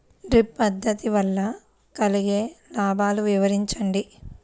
Drip పద్దతి వల్ల కలిగే లాభాలు వివరించండి?